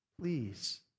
Please